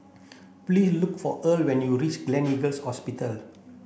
please look for Earl when you reach Gleneagles Hospital